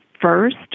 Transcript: first